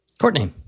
Courtney